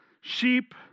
Sheep